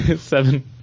Seven